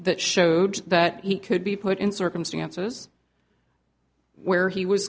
that showed that he could be put in circumstances where he was